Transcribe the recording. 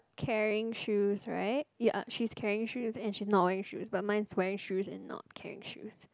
carrying shoes right ya she's carrying shoes and she not wearing shoes but mine's wearing shoes and not carrying shoes